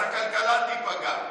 אז הכלכלה תיפגע.